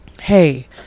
Hey